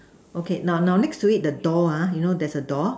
okay now now next to it the door ah you know there's a door